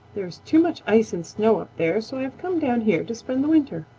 there is too much ice and snow up there, so i have come down here to spend the winter.